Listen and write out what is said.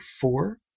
four